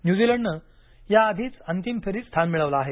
न्यूझीलंडनं याआधीच अंतिम फेरीत स्थान मिळवलं आहे